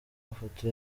mafoto